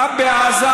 גם בעזה